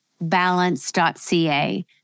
Balance.ca